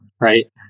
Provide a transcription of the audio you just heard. right